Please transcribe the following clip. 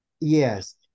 Yes